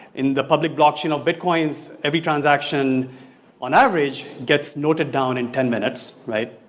in the public blocktion of bit coins, every transaction on average gets noted down in ten minutes right?